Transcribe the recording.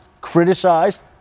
criticized